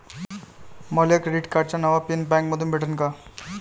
मले क्रेडिट कार्डाचा नवा पिन बँकेमंधून भेटन का?